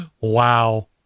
Wow